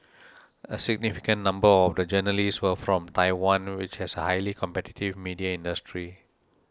a significant number of the journalists were from Taiwan which has a highly competitive media industry